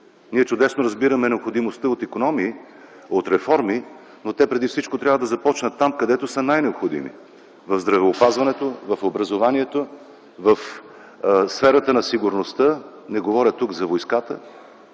Ние чудесно разбираме необходимостта от икономии, от реформи, но те преди всичко трябва да започнат там, където са най-необходими – в здравеопазването, в образованието, в сферата на сигурността, не говоря тук за войската,